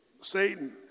Satan